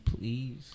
Please